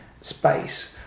space